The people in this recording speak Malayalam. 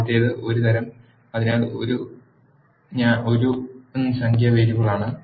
ആദ്യത്തേത് 1 തരം അതിനാൽ 1 ഒരു സംഖ്യാ വേരിയബിളാണ്